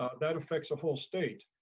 ah that affects a whole state.